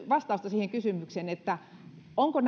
vastausta siihen kysymykseen onko